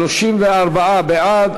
34 בעד.